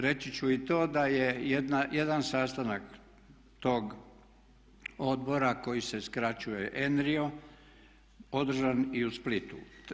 Reći ću i to da je jedan sastanak tog odbora koji se skraćuje ENRIO održan i u Splitu.